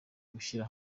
gushyira